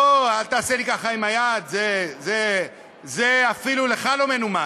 הו, אל תעשה לי ככה עם היד, זה אפילו לך לא מנומס,